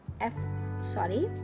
F—sorry